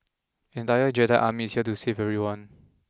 an entire Jedi Army is here to save everyone